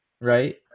right